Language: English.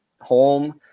home